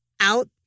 out